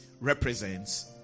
represents